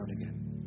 again